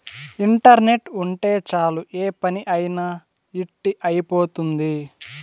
internet ఉంటే చాలు ఏ పని అయినా ఇట్టి అయిపోతుంది